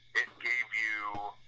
gave you.